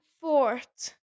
fourth